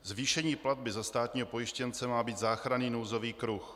Zvýšení platby za státního pojištěnce má být záchranný nouzový kruh.